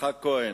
יצחק כהן.